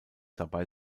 dabei